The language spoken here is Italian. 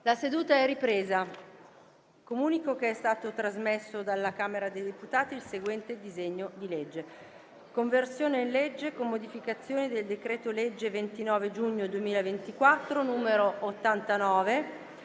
una nuova finestra"). Comunico che è stato trasmesso dalla Camera dei deputati il seguente disegno di legge: «Conversione in legge, con modificazioni, del decreto-legge 29 giugno 2024, n. 89,